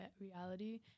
reality